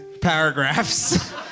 paragraphs